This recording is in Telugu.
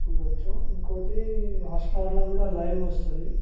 చూడవచ్చు ఇంకోటి హాట్స్టార్లో కూడా లైవ్ వస్తుంది